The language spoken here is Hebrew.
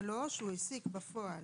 (3)הוא העסיק בפועל